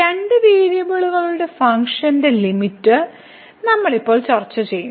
രണ്ട് വേരിയബിളുകളുടെ ഫങ്ക്ഷനുകളുടെ ലിമിറ്റ് നമ്മൾ ഇപ്പോൾ ചർച്ച ചെയ്യും